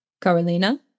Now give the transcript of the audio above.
Karolina